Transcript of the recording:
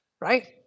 right